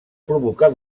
provocar